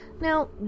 Now